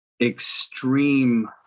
extreme